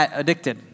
addicted